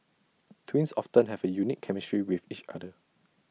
twins often have A unique chemistry with each other